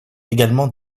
également